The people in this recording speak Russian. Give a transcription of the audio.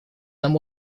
нам